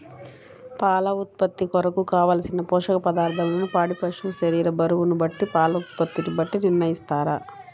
పాల ఉత్పత్తి కొరకు, కావలసిన పోషక పదార్ధములను పాడి పశువు శరీర బరువును బట్టి పాల ఉత్పత్తిని బట్టి నిర్ణయిస్తారా?